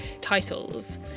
titles